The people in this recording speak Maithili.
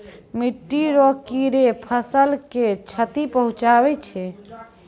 मिट्टी रो कीड़े फसल के क्षति पहुंचाबै छै